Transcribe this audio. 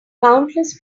countless